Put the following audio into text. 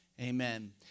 amen